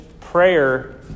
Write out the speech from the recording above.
prayer